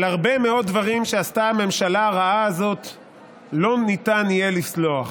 על הרבה מאוד דברים שעשתה הממשלה הרעה הזאת לא ניתן יהיה לסלוח,